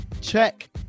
check